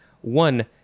One